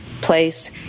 place